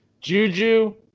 Juju